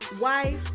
wife